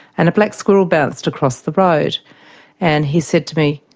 and a black squirrel bounced across the road and he said to me,